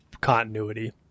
continuity